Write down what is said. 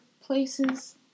places